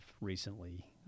recently